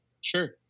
sure